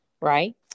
Right